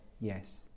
yes